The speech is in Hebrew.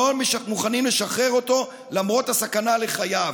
מוכנים לשחרר אותו למרות הסכנה לחייו.